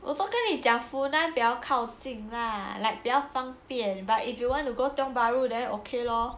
我都跟你讲 funan 比较靠近 lah like 比较方便 but if you want to go tiong bahru then okay lor